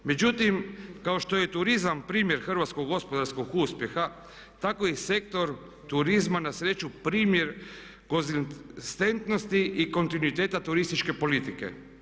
Međutim, kao što je turizam primjer hrvatskog gospodarskog uspjeha tako i Sektor turizma na sreću primjer konzistentnosti i kontinuiteta turističke politike.